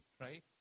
right